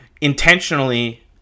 intentionally